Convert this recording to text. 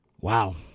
Wow